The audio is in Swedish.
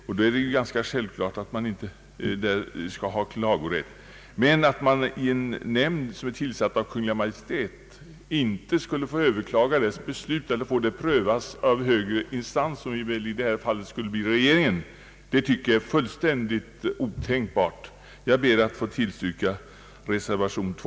Att man när det gäller en nämnd, som är tillsatt av Kungl. Maj:t, inte skulle få överklaga dess beslut eller få det prövat av högre instans, som väl i detta fall skulle bli regeringen, tycker jag är fullständigt otänkbart. Jag ber att än en gång få yrka bifall till reservation IL.